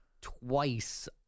twice